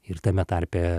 ir tame tarpe